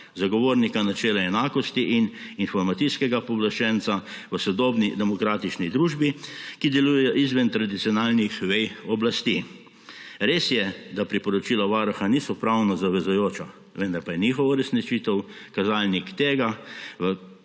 Zagovornika načela enakosti in Informacijskega pooblaščenca v sodobni demokratični družbi, ki deluje izven tradicionalnih vej oblasti. Res je, da priporočila Varuha niso pravno zavezujoča, vendar pa je njihova uresničitev kazalnik tega, v